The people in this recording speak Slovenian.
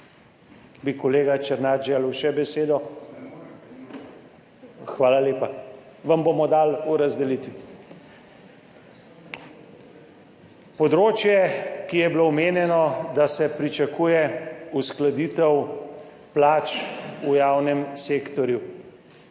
/ oglašanje iz dvorane/ Hvala lepa. Vam bomo dali v razdelitvi. Področje, ki je bilo omenjeno, da se pričakuje uskladitev plač v javnem sektorju.